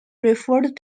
referred